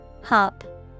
Hop